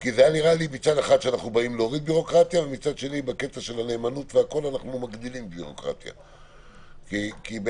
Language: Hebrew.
אבל, זה